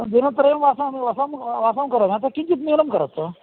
दिनत्रयं वसामि वासं वासं करोमि अतः किञ्चित् न्यूनं करोतु